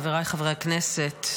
חבריי חברי הכנסת,